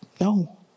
No